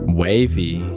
wavy